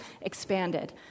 expanded